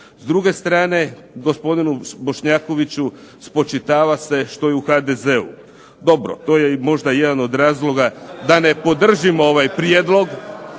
S druge strane, gospodinu Bošnjakoviću spočitava se što je u HDZ-u. Dobro, to je možda i jedan od razloga da ne podržimo ovaj prijedlog…